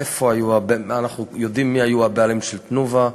איפה היו, אנחנו יודעים מי היו הבעלים של "תנובה",